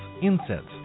incense